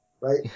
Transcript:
right